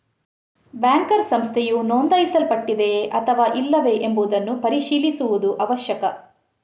banker ಸಂಸ್ಥೆಯು ನೋಂದಾಯಿಸಲ್ಪಟ್ಟಿದೆಯೇ ಅಥವಾ ಇಲ್ಲವೇ ಎಂಬುದನ್ನು ಪರಿಶೀಲಿಸುವುದು ಅವಶ್ಯಕ